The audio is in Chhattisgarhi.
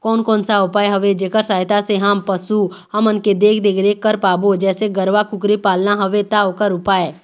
कोन कौन सा उपाय हवे जेकर सहायता से हम पशु हमन के देख देख रेख कर पाबो जैसे गरवा कुकरी पालना हवे ता ओकर उपाय?